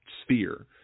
sphere